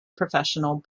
professional